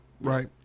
right